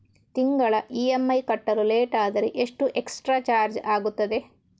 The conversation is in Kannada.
ತಿಂಗಳ ಇ.ಎಂ.ಐ ಕಟ್ಟಲು ಲೇಟಾದರೆ ಎಷ್ಟು ಎಕ್ಸ್ಟ್ರಾ ಚಾರ್ಜ್ ಆಗುತ್ತದೆ?